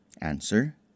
Answer